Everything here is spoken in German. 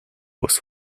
aus